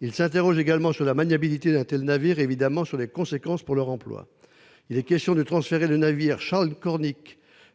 Ils s'interrogent également sur la maniabilité d'un tel navire et sur les conséquences que ce changement emportera pour leurs emplois. Il est en outre question de transférer le navire,